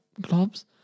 gloves